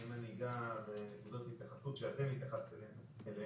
ואם אגע בנקודות התייחסות שאתם התייחסתם אליהן,